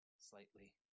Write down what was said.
slightly